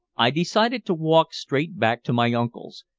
i decided to walk straight back to my uncle's,